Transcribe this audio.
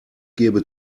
gebe